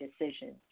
decisions